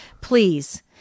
please